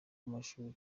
w’amashuri